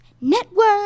Network